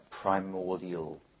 primordial